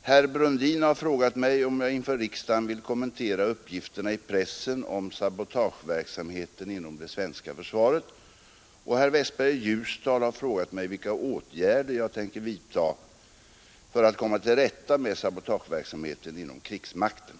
Herr Brundin har frågat mig om jag inför riksdagen vill kommentera uppgifterna i pressen om sabotageverksamhet inom det svenska försvaret. Herr Westberg i Ljusdal har frågat mig vilka åtgärder jag tänker vidta för att komma till rätta med sabotageverksamheten inom krigsmakten.